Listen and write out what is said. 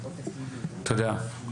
תודה.